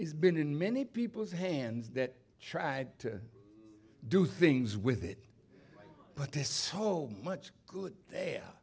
it's been in many people's hands that try to do things with it but there's so much good there